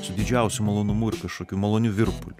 su didžiausiu malonumu ir kažkokiu maloniu virpuliu